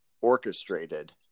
orchestrated